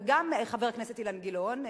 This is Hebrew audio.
וגם חבר הכנסת אילן גילאון,